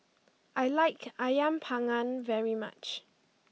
I like Ayam Panggang very much